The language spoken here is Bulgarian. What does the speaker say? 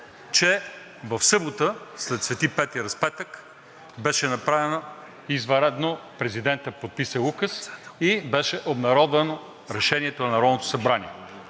че в събота след Свети петък Разпети беше направена извънредно – президентът подписа Указ и беше обнародвано Решението на Народното събрание.